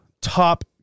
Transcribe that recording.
top